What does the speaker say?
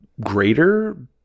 greater